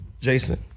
Jason